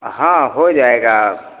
हाँ हो जाएगा